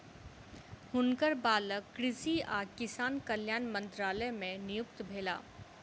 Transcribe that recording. हुनकर बालक कृषि आ किसान कल्याण मंत्रालय मे नियुक्त भेला